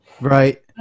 Right